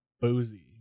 boozy